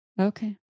Okay